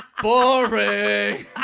Boring